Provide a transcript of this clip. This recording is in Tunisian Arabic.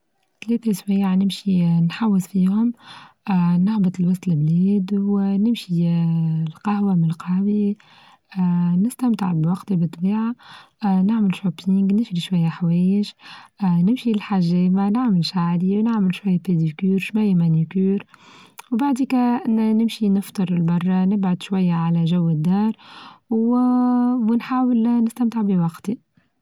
نحوس فيهم اه نهبط لوسط اليد ونمشي اه القهوة من القهاوي اه نستمتع بوقتي بالطبيعة اه نعمل شوبينينج نشرى شوية حوايچ اه نمشي للحاجة ما نعمل شعرى نعمل شوية باديكير شويه مانيكير وبعديكا نمشي نفطر برا نبعد شوية على جو الدار، و-ونحاول نستمتع بوقتي.